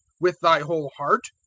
with thy whole heart,